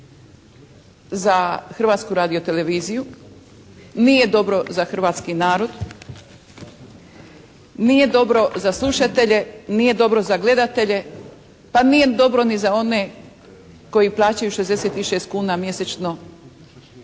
za Hrvatsku radio-televiziju, nije dobro za hrvatski narod, nije dobro za slušatelje, nije dobro za gledatelje pa nije dobro ni za one koji plaćaju 66 kuna mjesečno